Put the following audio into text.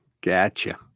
Gotcha